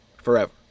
forever